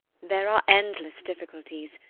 there are endless difficulties,